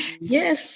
Yes